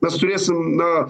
mes turėsim na